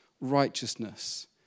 righteousness